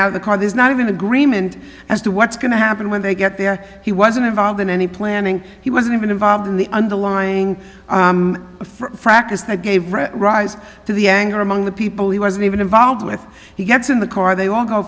out of the car there's not even agreement as to what's going to happen when they get there he wasn't involved in any planning he wasn't even involved in the underlying a for hackers that gave rise to the anger among the people he wasn't even involved with he gets in the car they